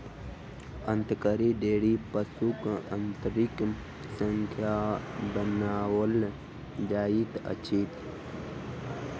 अंतरी डोरी पशुक अंतरी सॅ बनाओल जाइत अछि